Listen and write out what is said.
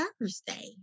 Thursday